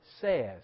says